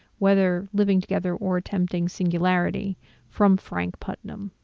whether living together or attempting singularity from frank putnam.